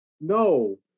no